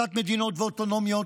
לתת-מדינות ואוטונומיות,